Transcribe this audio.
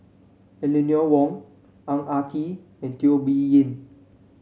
Eleanor Wong Ang Ah Tee and Teo Bee Yen